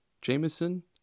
jameson